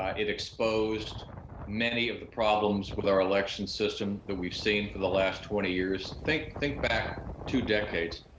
ah it exposed many of the problems with our election system that we've seen for the last twenty years. think think back two decades.